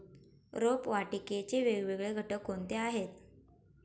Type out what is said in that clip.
रोपवाटिकेचे वेगवेगळे घटक कोणते आहेत?